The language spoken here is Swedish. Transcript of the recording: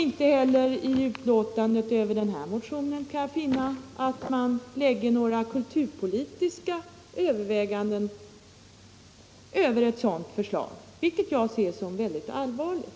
Inte heller kan jag finna att utskottet i sitt betänkande med anledning av den nu aktuella motionen gör några kulturpolitiska överväganden, vilket jag ser som mycket allvarligt.